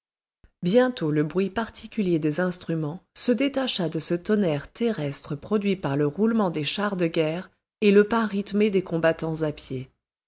bientôt le bruit particulier des instruments se détacha de ce tonnerre terrestre produit par le roulement des chars de guerre et le pas rythmé des combattants à pied